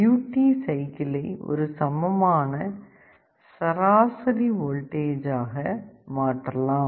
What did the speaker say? நாம் டியூட்டி சைக்கிளை ஒரு சமமான சராசரி வோல்டேஜ் ஆக மாற்றலாம்